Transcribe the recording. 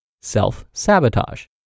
self-sabotage